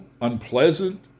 unpleasant